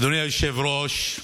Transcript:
אדוני היושב-ראש,